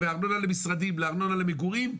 וארנונה למשרדים לארנונה למגורים.